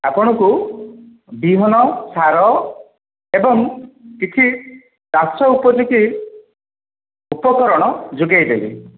ଆପଣଙ୍କୁ ବିହନ ସାର ଏବଂ କିଛି ଚାଷ ଉପଯୋଗୀ ଉପକରଣ ଯୋଗାଇଦେବି